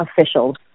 officials